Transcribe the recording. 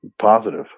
positive